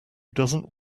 doesn’t